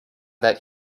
that